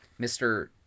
mr